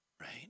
right